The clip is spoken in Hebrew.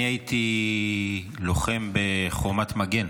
אני הייתי לוחם בחומת מגן.